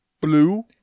blue